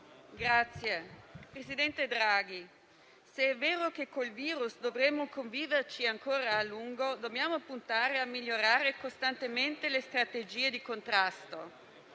Signor Presidente, se è vero che con il virus dovremo convivere ancora a lungo, dobbiamo puntare a migliorare costantemente le strategie di contrasto.